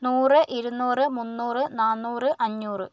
നൂറ് ഇരുന്നൂറ് മുന്നൂറ് നാന്നൂറ് അഞ്ഞൂറ്